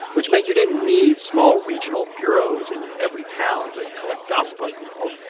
which meant you didn't need small regional bureaus in every town to collect gossip on people.